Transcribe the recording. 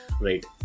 right